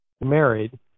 married